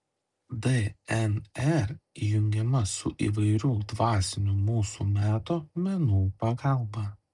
dnr įjungiama su įvairių dvasinių mūsų meto menų pagalba